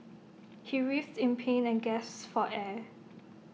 he writhed in pain and gasped for air